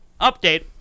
update